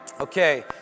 Okay